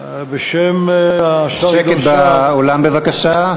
בשם השר גדעון סער, שקט באולם בבקשה.